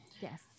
Yes